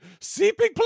seeping